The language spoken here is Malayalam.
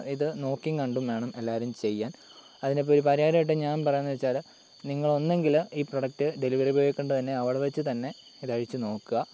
ഇത് നോക്കീം കണ്ടും വേണം എല്ലാവരും ചെയ്യാൻ അതിനിപ്പോൾ ഒരു പരിഹാരായിട്ട് ഞാൻ പറയാണെന്ന് വെച്ചാൽ നിങ്ങളൊന്നുങ്കിൽ ഈ പ്രൊഡക്ട് ഡെലിവറി ബോയിയെ കൊണ്ട് തന്നെ അവിടെ വച്ച് തന്നെ ഇതഴിച്ച് നോക്കുക